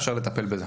אפשר יהיה לטפל בזה.